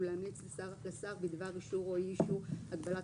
ולהמליץ לשר בדבר אישור או אי-אישור הגבלת